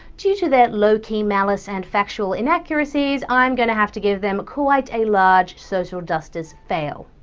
due to their low key malice and factual inaccuracies, i'm going to have to give them quite a large social justice fail.